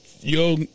yo